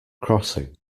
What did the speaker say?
crossing